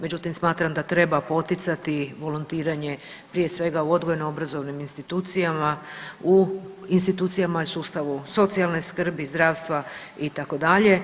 Međutim, smatram da treba poticati volontiranje prije svega u odgojno-obrazovnim institucija, u institucijama i sustavu socijalne skrbi, zdravstva itd.